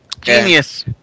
Genius